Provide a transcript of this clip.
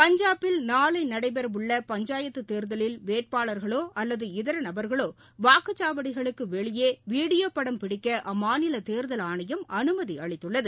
பஞ்சாபில் நாளை நடடபெறவுள்ள பஞ்சாயத்து தேர்தலில் வேட்பாளர்களோ அல்லது இதர நபர்களோ வாக்குச்சாவடிகளுக்கு வெளியே வீடியோ படம் பிடிக்க அம்மாநில தேர்தல் ஆணையம் அனுமதி அளித்துள்ளது